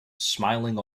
smiling